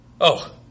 Oh